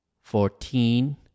fourteen